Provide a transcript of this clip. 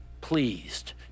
pleased